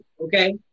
Okay